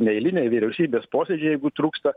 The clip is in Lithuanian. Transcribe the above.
neeiliniai vyriausybės posėdžiai jeigu trūksta